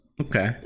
Okay